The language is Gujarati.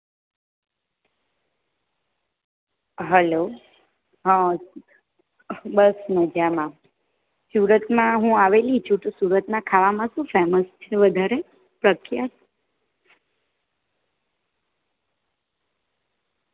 હેલો હ બસ મજામાં સુરતમાં હું આવેલી છું તો સુરતમાં ખાવામાં શું ફેમસ છે વધારે પ્રખ્યાત